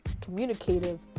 communicative